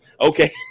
Okay